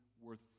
worth